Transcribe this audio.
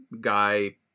guy